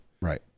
Right